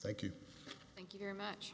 thank you thank you very much